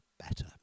better